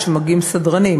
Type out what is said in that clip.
עד שמגיעים סדרנים,